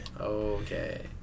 Okay